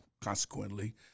consequently